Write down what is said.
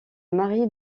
mari